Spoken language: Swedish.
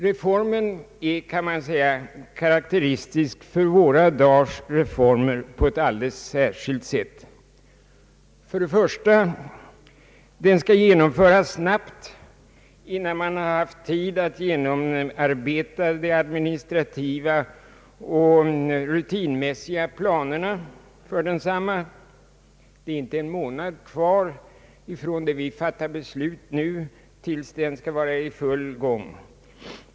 Reformen är, kan man säga, karakteristisk för våra dagars reformer på ett alldeles särskilt sätt. För det första skall den genomföras snabbt, innan man har haft tid att genomarbeta de administrativa och rutinmässiga planerna för densamma. Det är inte en månad kvar från det vi fattar beslut nu till dess verksamheten skall vara i full gång.